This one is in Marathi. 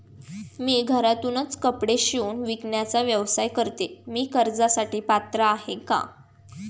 मी घरातूनच कपडे शिवून विकण्याचा व्यवसाय करते, मी कर्जासाठी पात्र आहे का?